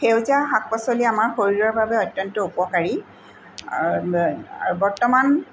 সেউজীয়া শাক পাচলি আমাৰ শৰীৰৰ কাৰণে অত্যন্ত উপকাৰী আৰু বৰ্তমান